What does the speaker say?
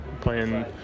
playing